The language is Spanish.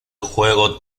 juego